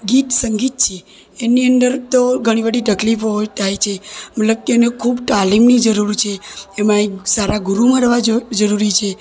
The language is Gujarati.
ગીત સંગીત છે એની અંદર તો ઘણી બધી તકલીફો થાય છે મતલબ કે એને ખૂબ તાલીમની જરૂર છે એમાં એક સારા ગુરુ મળવા જો જરૂરી છે